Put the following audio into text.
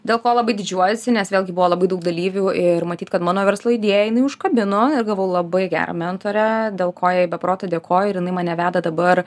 dėl ko labai didžiuojuosi nes vėlgi buvo labai daug dalyvių ir matyt kad mano verslo idėja jinai užkabino ir gavau labai gerą mentorę dėl ko jai be proto dėkoju ir jinai mane veda dabar